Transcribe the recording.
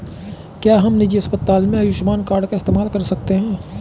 क्या हम निजी अस्पताल में आयुष्मान कार्ड का इस्तेमाल कर सकते हैं?